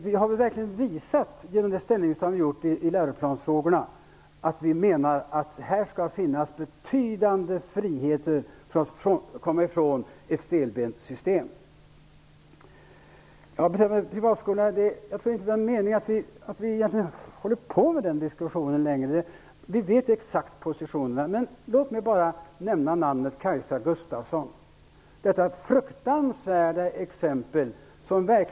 Vi har genom vårt ställningstagande till läroplansfrågorna verkligen visat att vi menar att det skall finnas en betydande frihet att komma bort från ett stelbent system. Beträffande privatskolorna tror jag inte att det är någon mening att fortsätta diskussionen. Vi vet ju exakt positionerna. Men låt mig bara nämna namnet Kajsa Gustavsson -- detta fruktansvärda exempel.